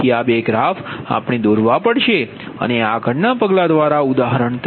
તેથી આ બે ગ્રાફ આપણે દોરવા પડશે અને આગળના પગલા દ્વારા ઉદાહરણ તરીકે 39